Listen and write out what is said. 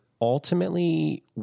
ultimately